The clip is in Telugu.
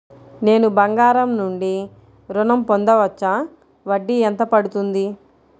నేను బంగారం నుండి ఋణం పొందవచ్చా? వడ్డీ ఎంత పడుతుంది?